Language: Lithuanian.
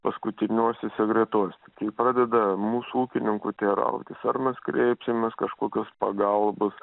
paskutiniuosiuose gretos kai pradeda mūsų ūkininkų teirautis ar mes kreipsimės kažkokios pagalbos